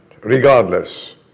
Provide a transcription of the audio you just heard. Regardless